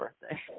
birthday